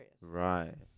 Right